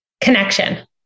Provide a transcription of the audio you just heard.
Connection